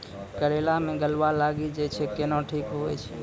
करेला मे गलवा लागी जे छ कैनो ठीक हुई छै?